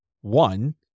One